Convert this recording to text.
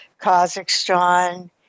Kazakhstan